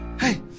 Hey